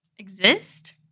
Exist